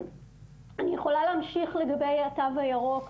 אני יכולה להמשיך לגבי התו הירוק,